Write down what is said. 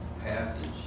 passage